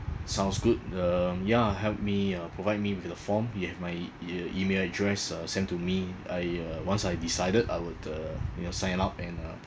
sounds good um ya help me uh provide me with the form you have my e~ email address uh send to me I uh once I decided I would uh you know sign up and uh